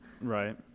right